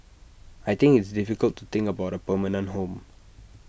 I think it's difficult to think about A permanent home